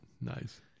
Nice